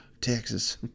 Texas